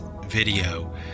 video